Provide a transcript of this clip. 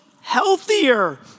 healthier